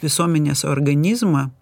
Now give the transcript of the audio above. visuomenės organizmą